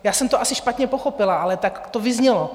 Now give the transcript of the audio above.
Asi jsem to špatně pochopila, ale tak to vyznělo.